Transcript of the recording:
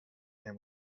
him